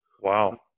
Wow